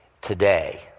Today